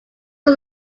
was